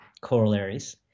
corollaries